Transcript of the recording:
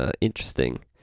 interesting